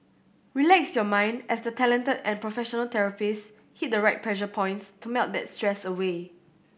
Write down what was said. relax your mind as the talented and professional therapists hit the right pressure points to melt that stress away